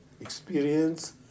experience